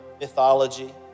mythology